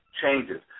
changes